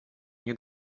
nie